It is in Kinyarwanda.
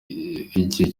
igihe